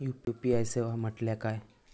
UPI सेवा म्हटल्या काय?